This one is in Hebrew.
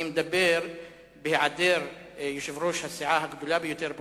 אני מדבר בהעדר יושב-ראש הסיעה הגדולה ביותר באופוזיציה,